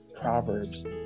Proverbs